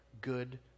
good